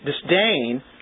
disdain